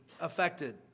affected